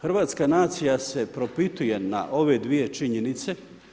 Hrvatska nacija se propituje na ove dvije činjenice.